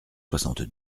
soixante